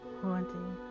haunting